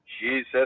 Jesus